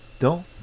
dans... «